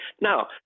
now